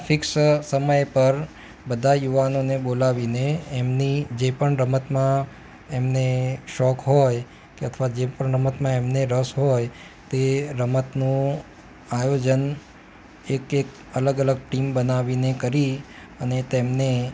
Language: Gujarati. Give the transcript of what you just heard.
ફિક્સ સમય પર બધા યુવાનોને બોલાવીને એમની જે પણ રમતમાં એમને શોખ હોય કે અથવા જે પણ રમતમાં એમને રસ હોય તે રમતનું આયોજન એક એક અલગ અલગ ટીમ બનાવીને કરી અને તેમને